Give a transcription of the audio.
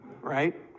right